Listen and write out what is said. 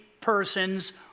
persons